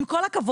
עם כל הכבוד,